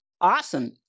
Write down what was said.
Awesome